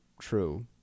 true